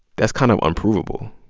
that's kind of unprovable,